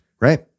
right